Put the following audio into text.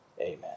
amen